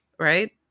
Right